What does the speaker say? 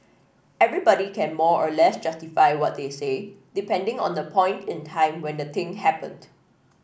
everybody can more or less justify what they say depending on the point in time when the thing happened